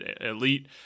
Elite